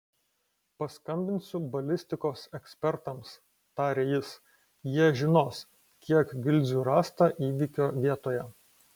paskambinsiu balistikos ekspertams tarė jis jie žinos kiek gilzių rasta įvykio vietoje